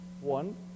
One